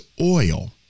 oil